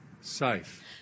safe